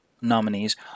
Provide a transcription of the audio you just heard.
nominees